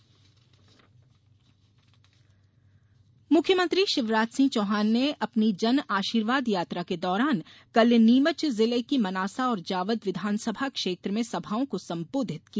जनआशीर्वाद यात्रा मुख्यमंत्री शिवराज सिंह चौहान ने अपनी जनआशीर्वाद यात्रा के दौरान कल नीमच जिले की मनासा और जावद विधानसभा क्षेत्र में सभाओं को संबोधित किया